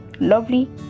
lovely